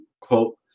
quote